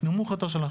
בסעיף של שמירת דינים.